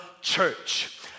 church